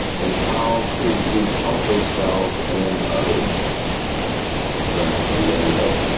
and how could we help ourselves and others? it's from fernando.